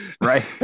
right